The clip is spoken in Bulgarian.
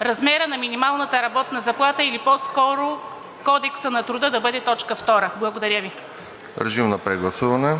размера на минималната работна заплата или по-скоро Кодексът на труда да бъде точка втора. Благодаря Ви. ПРЕДСЕДАТЕЛ